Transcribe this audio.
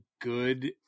good